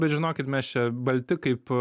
bet žinokit mes čia balti kaip